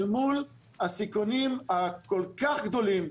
אל מול הסיכונים הכול כך גדולים,